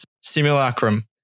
Simulacrum